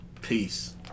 peace